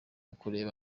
ukureba